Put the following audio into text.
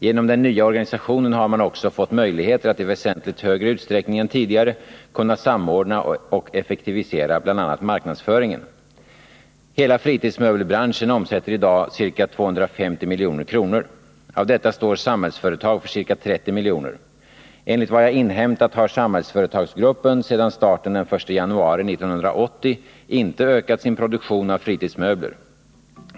Genom den nya organisationen har man också fått möjligheter att i väsentligt större utsträckning än tidigare samordna och effektivisera bl.a. marknadsföringen. Hela fritidsmöbelbranschen omsätter i dag ca 250 milj.kr. Av detta står Samhällsföretag för ca 30 milj.kr. Enligt vad jag inhämtat har Samhällsföretagsgruppen sedan starten den 1 januari 1980 inte ökat sin produktion av fritidsmöbler.